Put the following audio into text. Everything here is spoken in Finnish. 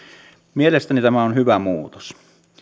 mielestäni tämä on hyvä muutos